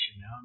now